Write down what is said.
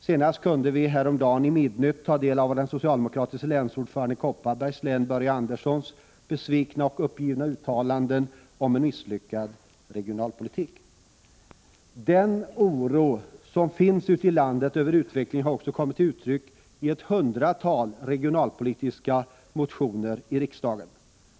Senast kunde vi häromdagen i Mittnytt ta del av den socialdemokratiske länsordföranden i Kopparbergs län Börje Anderssons besvikna och uppgivna uttalanden om en misslyckad regionalpolitik. Den oro som finns ute i landet över utvecklingen har också kommit till uttryck i ett hundratal regionalpolitiska motioner i riksdagen.